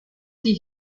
die